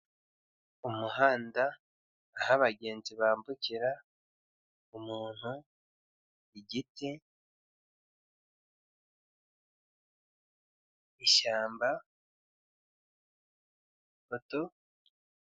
Umuhanda aho abagenzi bambukira, umuntu, igiti, ishyamba, ipoto.